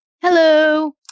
Hello